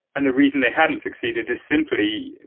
and the reason they hadn't succeeded as simply,